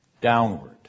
Downward